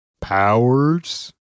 powers